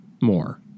more